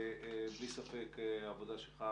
ובלי ספק העבודה שלך,